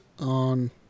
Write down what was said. on